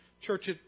church